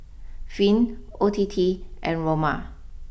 Finn O T T and Roma